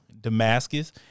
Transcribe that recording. Damascus